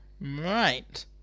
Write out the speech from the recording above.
Right